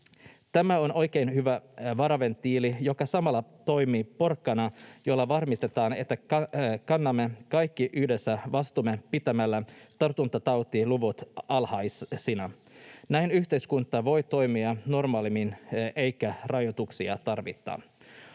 Tämä on oikein hyvä varaventtiili, joka samalla toimii porkkanana, jolla varmistetaan, että kannamme kaikki yhdessä vastuumme pitämällä tartuntatautiluvut alhaisina. Näin yhteiskunta voi toimia normaalimmin eikä rajoituksia tarvita.